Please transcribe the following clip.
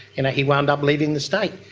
and he wound up leaving the state.